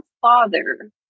father